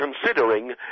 considering